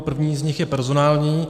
První z nich je personální.